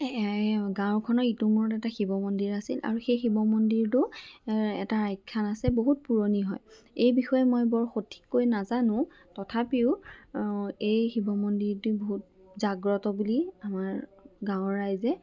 গাঁওখনৰ ইটোমূৰত এটা শিৱ মন্দিৰ আছিল আৰু সেই শিৱ মন্দিৰটোৰ এটা আখ্যান আছে বহুত পুৰণি হয় এই বিষয়ে মই বৰ সঠিককৈ নাজানো তথাপিও এই শিৱ মন্দিৰটো বহুত জাগ্ৰত বুলি আমাৰ গাঁৱৰ ৰাইজে